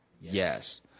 yes